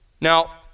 Now